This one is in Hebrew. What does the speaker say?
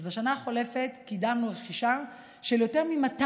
בשנה החולפת קידמנו רכישה של יותר מ-200